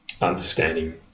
understanding